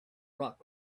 rock